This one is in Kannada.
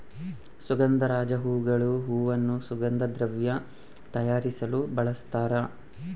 ಸುಗಂಧರಾಜ ಹೂಗಳು ಹೂವನ್ನು ಸುಗಂಧ ದ್ರವ್ಯ ತಯಾರಿಸಲು ಬಳಸ್ತಾರ